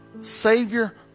savior